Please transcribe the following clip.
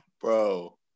Bro